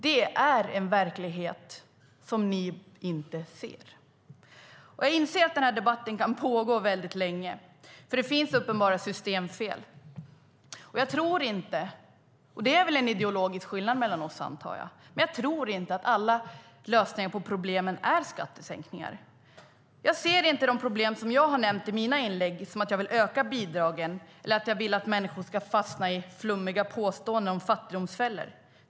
Det är en verklighet som ni inte ser. Jag inser att denna debatt kan pågå länge, för det finns uppenbara systemfel. Men jag tror inte att lösningen på dessa problem är skattesänkningar, och det är väl en ideologisk skillnad mellan oss. Jag ser inte de problem som jag har nämnt i mina inlägg som att jag vill öka bidragen eller att jag vill att människor ska fastna i fattigdomsfällor.